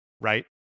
right